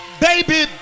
baby